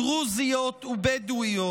דרוזיות ובדואיות,